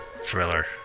thriller